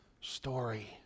story